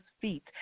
feet